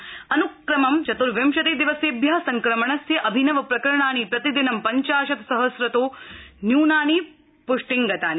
विषाणोअन्क्रमं चत्र्विशतिदिवसेभ्यसंक्रमणस्य अभिनवप्रकरणानि प्रतिदिनं पंचाशत् सहम्रतो न्यूनानि पुष्टिंगतानि